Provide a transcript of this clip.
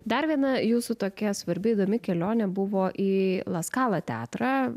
dar viena jūsų tokia svarbi įdomi kelionė buvo į la skalą teatrą